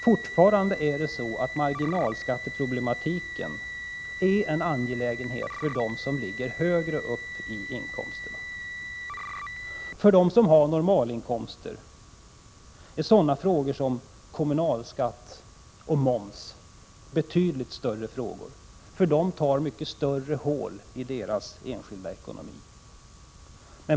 Fortfarande är marginalskatteproblematiken en angelägenhet för dem som ligger högre uppiinkomstskalorna. För dem som har normalinkomster har sådana frågor som rör kommunalskatt och moms mycket större betydelse, eftersom de gör betydligt större hål i den enskildes ekonomi.